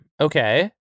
Okay